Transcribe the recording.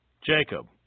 Jacob